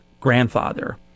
grandfather